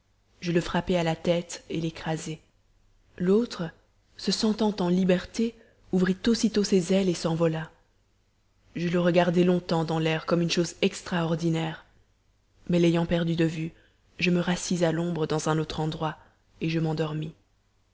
je le frappai à la tête et l'écrasai l'autre se sentant en liberté ouvrit aussitôt ses ailes et s'envola je le regardai longtemps dans l'air comme une chose extraordinaire mais l'ayant perdu de vue je me rassis à l'ombre dans un autre endroit et je m'endormis